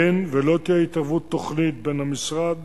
אין ולא תהיה התערבות תוכנית בין המשרד